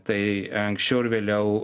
tai anksčiau ar vėliau